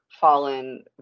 fallen